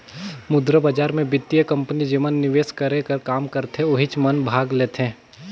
मुद्रा बजार मे बित्तीय कंपनी जेमन निवेस करे कर काम करथे ओहिच मन भाग लेथें